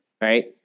right